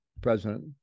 president